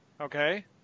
Okay